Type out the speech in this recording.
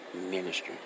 ministry